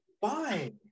Fine